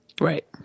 Right